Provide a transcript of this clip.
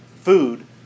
food